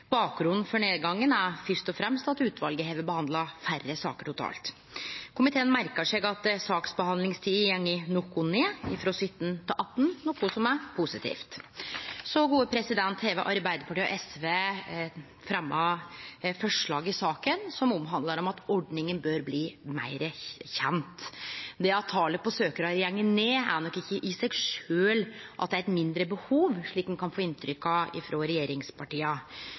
Bakgrunnen for ned gangen er først og fremst at utvalet har behandla færre saker totalt. Komiteen merkar seg at saksbehandlingstida har gått noko ned frå 2017 til 2018, noko som er positivt. Så har Arbeidarpartiet og SV fremja eit forslag i saka som omhandlar at ordninga bør bli betre kjend. Det at talet på søkjarar går ned, kjem nok ikkje i seg sjølv av at det er eit mindre behov, slik ein kan få inntrykk av frå regjeringspartia.